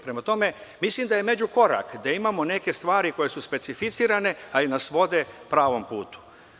Prema tome, mislim da je međukorak da imamo neke stvari koje su specificirane, ali nas vode pravom putu.